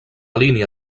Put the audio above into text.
línia